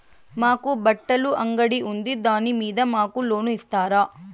మాకు బట్టలు అంగడి ఉంది దాని మీద మాకు లోను ఇస్తారా